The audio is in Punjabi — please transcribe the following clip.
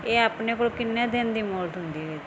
ਇਹ ਆਪਣੇ ਕੋਲ ਕਿੰਨੇ ਦਿਨ ਦੀ ਮੋਹਲਤ ਹੁੰਦੀ ਹੈ ਵੀਰ ਜੀ